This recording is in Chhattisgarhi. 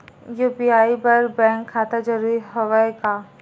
यू.पी.आई बर बैंक खाता जरूरी हवय का?